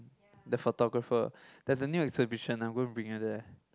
the photographer there is a new exhibition we will being at there